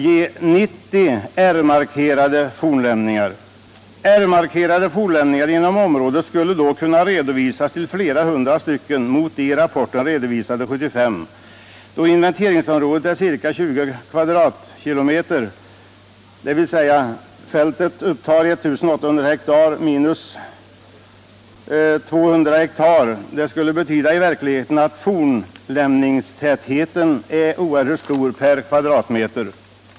Det finns flera exempel. R-markerade fornlämningar inom området skulle då kunna redovisas till flera hundra stycken mot i rapporten redovisade 75. Då inventeringsområdet är ca 20 km? innebär detta en oerhört stor fornlämningstäthet per km?.